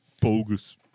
Bogus